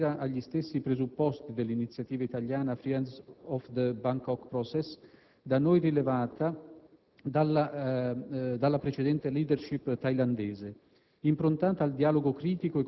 La missione di Gambari si ispira agli stessi presupposti dell'iniziativa italiana «*Friends of the Bangkok Process*» (da noi rilevata dalla precedente *leadership* tailandese),